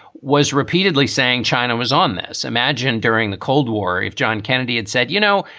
was repeatedly saying china was on this. imagine during the cold war if john kennedy had said, you know,